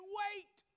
wait